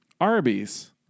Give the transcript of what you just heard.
Arby's